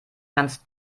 ganz